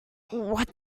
what